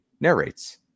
narrates